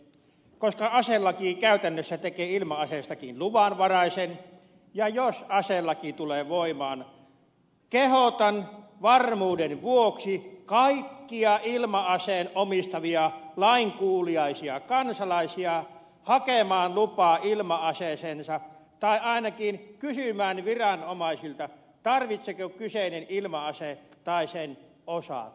koska aselaki käytännössä tekee ilma aseestakin luvanvaraisen jos aselaki tulee voimaan kehotan varmuuden vuoksi kaikkia ilma aseen omistavia lainkuuliaisia kansalaisia hakemaan lupaa ilma aseeseensa tai ainakin kysymään viranomaisilta tarvitseeko kyseinen ilma ase tai sen osa lupaa